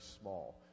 small